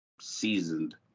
seasoned